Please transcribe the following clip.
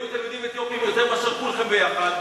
לי היו תלמידים יהודים אתיופים יותר מאשר לכולכם ביחד,